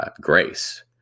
grace